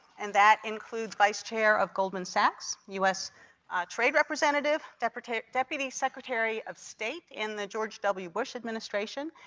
and that includes vice chair of goldman sachs, us trade representative, deputy deputy secretary of state in the george w. bush administration.